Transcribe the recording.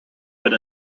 been